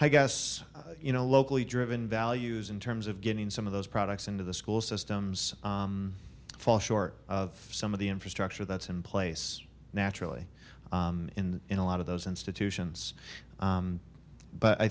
i guess you know locally driven values in terms of getting some of those products into the school systems fall short of some of the infrastructure that's in place naturally in in a lot of those institutions but i